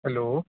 hello